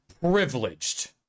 privileged